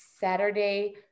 Saturday